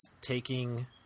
taking